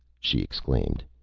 she exclaimed.